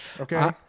okay